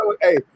hey